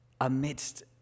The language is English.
Amidst